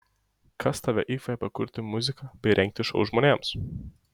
kas tave įkvepia kurti muziką bei rengti šou žmonėms